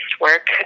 work